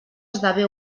esdevé